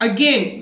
Again